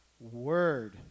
word